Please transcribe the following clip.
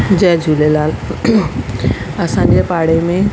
जय झूलेलाल असांजे पाड़े में